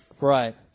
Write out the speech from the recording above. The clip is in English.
Right